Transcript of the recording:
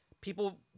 people